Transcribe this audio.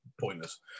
pointless